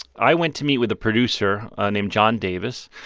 i went to meet with a producer, ah named john davis,